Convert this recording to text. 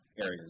areas